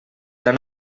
tan